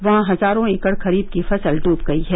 वहां हजारों एकड़ खरीफ की फसल डूब गयी है